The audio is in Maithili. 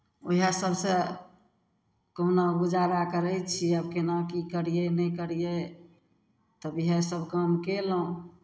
उएह सभसँ कहुना गुजारा करै छियै आब केना की करियै नहि करियै तब इएहसभ काम कयलहुँ